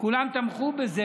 כולם תמכו בזה.